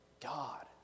God